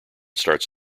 starts